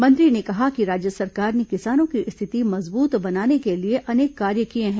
मंत्री ने कहा कि राज्य सरकार ने किसानों की स्थिति मजबूत बनाने के लिए अनेक कार्य किए हैं